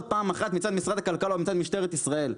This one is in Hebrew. פעם אחת מצד משרד הכלכלה או מצד משטרת ישראל.